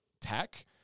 tech